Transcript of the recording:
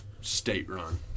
state-run